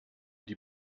die